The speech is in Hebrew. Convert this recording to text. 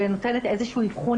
ונותנת איזה שהוא אבחון,